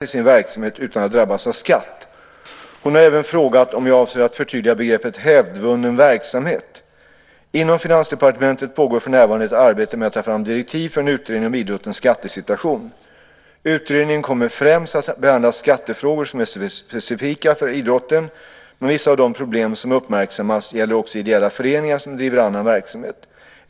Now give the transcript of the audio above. Herr talman! Anne-Marie Ekström har frågat mig vilka åtgärder jag avser att vidta för att förtydliga och förenkla för ideella föreningar att få in pengar till sin verksamhet utan att drabbas av skatt. Hon har även frågat om jag avser att förtydliga begreppet "hävdvunnen verksamhet". Inom Finansdepartementet pågår för närvarande ett arbete med att ta fram direktiv för en utredning om idrottens skattesituation. Utredningen kommer främst att behandla skattefrågor som är specifika för idrotten, men vissa av de problem som uppmärksammas gäller också ideella föreningar som driver annan verksamhet.